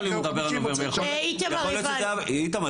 איתמר,